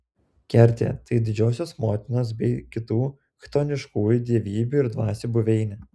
kertė tai didžiosios motinos bei kitų chtoniškųjų dievybių ir dvasių buveinė